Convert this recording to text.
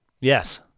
yes